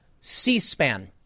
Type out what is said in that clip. C-SPAN